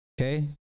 Okay